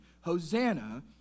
Hosanna